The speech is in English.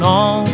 on